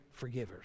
forgivers